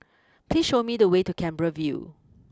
please show me the way to Canberra view